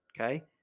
Okay